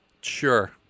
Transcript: Sure